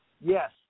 Yes